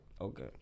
Okay